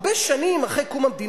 אתה שם לב,